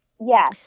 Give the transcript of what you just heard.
Yes